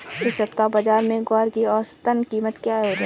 इस सप्ताह बाज़ार में ग्वार की औसतन कीमत क्या रहेगी?